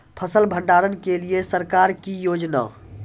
फसल भंडारण के लिए सरकार की योजना?